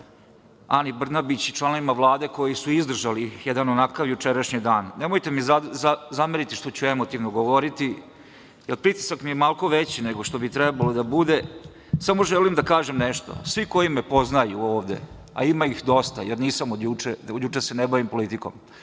Ani Brnabić i članovima Vlade koji su izdržali jedan onakav jučerašnji dan. Nemojte mi zameriti što ću emotivno govoriti, jer pritisak mi je malo veći nego što bi trebalo da bude. Samo želim da kažem nešto. Svi koji me poznaju ovde, a ima ih dosta jer nisam od juče, od juče se ne bavim politikom,